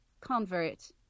convert